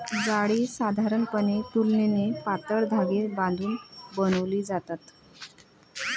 जाळी साधारणपणे तुलनेने पातळ धागे बांधून बनवली जातात